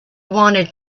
wanted